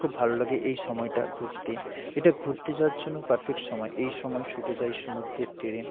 খুব ভালো লাগে এই সময়টা ঘুরতে এটা ঘুরতে যাওয়ার জন্য পারফেক্ট সময় এই সময় ছুটে যাই সমুদ্রের তীরে